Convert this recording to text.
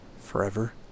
Forever